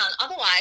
Otherwise